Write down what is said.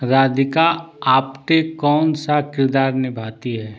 राधिका आप्टे कौन सा किरदार निभाती हैं